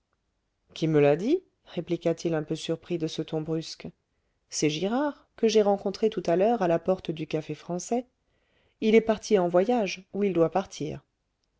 qui me l'a dit répliqua-t-il un peu surpris de ce ton brusque c'est girard que j'ai rencontré tout à l'heure à la porte du café français il est parti en voyage ou il doit partir